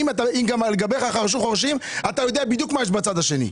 אם גם על גביך חרשו חורשים אתה יודע בדיוק מה יש בצד השני.